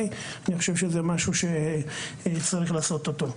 אני חושב שזה משהו שצריך לעשות אותו.